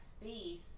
space